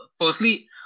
firstly